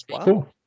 Cool